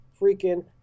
freaking